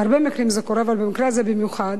בהרבה מקרים זה קורה, אבל במקרה זה במיוחד,